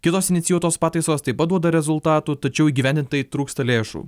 kitos inicijuotos pataisos taip pat duoda rezultatų tačiau įgyvendint tai trūksta lėšų